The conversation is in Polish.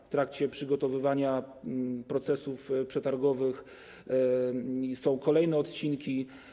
W trakcie przygotowywania procesów przetargowych są kolejne odcinki.